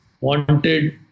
wanted